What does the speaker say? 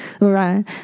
Right